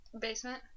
Basement